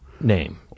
name